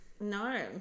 No